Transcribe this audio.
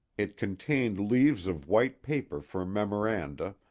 it contained leaves of white paper for memoranda,